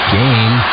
game